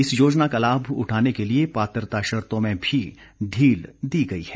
इस योजना का लाभ उठाने के लिए पात्रता शर्तों में भी ढील दी गई है